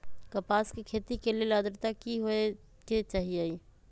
कपास के खेती के लेल अद्रता की होए के चहिऐई?